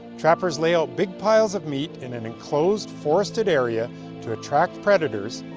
trappers lay out big piles of meat in an enclosed forested area to attract predators,